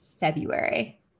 February